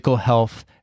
Health